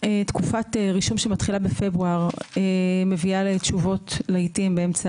תקופת רישום שמתחילה בפברואר מביאה לתשובות לעיתים באמצע